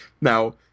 Now